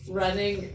running